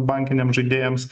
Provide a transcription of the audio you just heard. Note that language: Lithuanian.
bankiniam žaidėjams